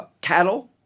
cattle